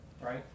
right